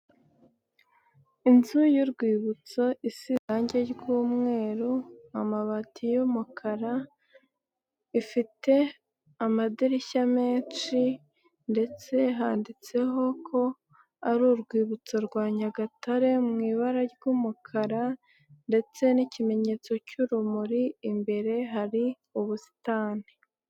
Inzu y'urwibutso isa irangi ry'umweru, amabati y'umukara, ifite amadirishya menshi ndetse handitseho ko ari urwibutso rwa Nyagatare mu ibara ry'umukara ndetse n'ikimenyetso cy'urumuri, imbere hari ubusitani.